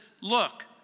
look